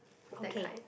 that kind